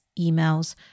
emails